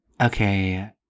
Okay